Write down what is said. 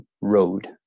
road